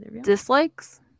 Dislikes